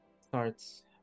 Starts